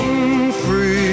Free